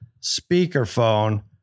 speakerphone